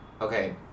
okay